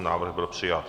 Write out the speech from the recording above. Návrh byl přijat.